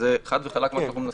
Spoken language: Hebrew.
זה חד וחלק מה שאנחנו מנסים לעשות.